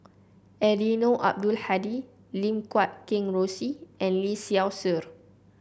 Eddino Abdul Hadi Lim Guat Kheng Rosie and Lee Seow Ser